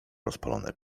rozpalone